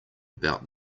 about